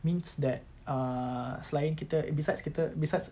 means that err selain kita besides kita besides